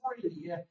free